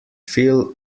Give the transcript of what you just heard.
feel